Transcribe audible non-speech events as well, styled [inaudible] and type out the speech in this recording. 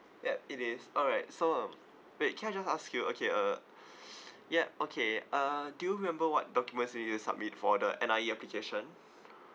yup it is alright so um wait can I just ask you okay uh [breath] ya okay uh do you remember what documents do you submit for the N_I_E application